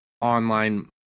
online